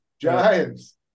Giants